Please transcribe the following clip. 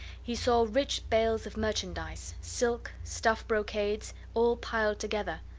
he saw rich bales of merchandise silk, stuff-brocades, all piled together,